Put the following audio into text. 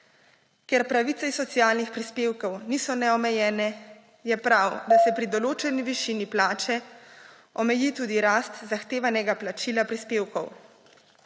Ker pravice iz socialnih prispevkov niso neomejene, je prav, da se pri določeni višini plače omeji tudi rast zahtevanega plačila prispevkov.